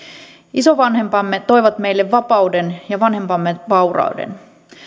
isovanhempamme toivat meille vapauden ja vanhempamme vaurauden